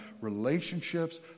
relationships